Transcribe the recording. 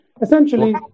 Essentially